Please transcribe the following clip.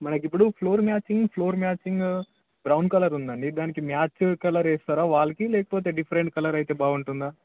మనకి ఇప్పుడు floor matching floor matching brown colour ఉందండి దానికి మ్యాచ్ కలర్ వేస్తారా వాల్కి లేకపోతే డిఫరెంట్ కలర్ అయితే బాగుంటుందా